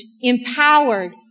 empowered